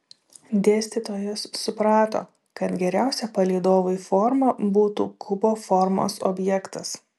dėstytojas suprato kad geriausia palydovui forma būtų kubo formos objektas